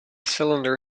cylinder